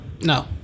No